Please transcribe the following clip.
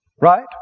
Right